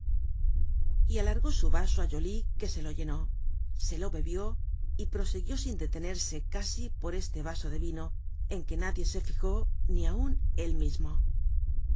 y alargó su vaso á joly que se le llenó se le bebió y prosiguió sin detenerse casi por este vaso de vino en que nadie se fijó ni aun él mismo